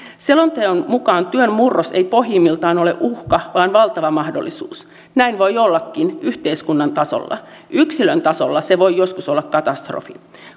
selonteon mukaan työn murros ei pohjimmiltaan ole uhka vaan valtava mahdollisuus näin voi ollakin yhteiskunnan tasolla yksilön tasolla se voi joskus olla katastrofi